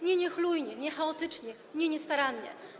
Nie niechlujnie, nie chaotycznie, nie niestarannie.